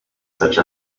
such